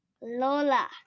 Lola